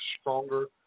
stronger